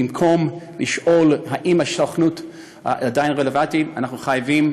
במקום לשאול אם הסוכנות עדיין רלוונטית אנחנו חייבים